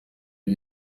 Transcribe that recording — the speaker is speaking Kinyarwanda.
ari